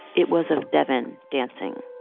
it was of devyn dancing